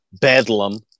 Bedlam